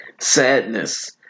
Sadness